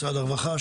משרד הרווחה,